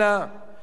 אדוני היושב-ראש,